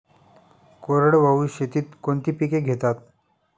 कोरडवाहू शेतीत कोणती पिके घेतात?